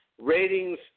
Ratings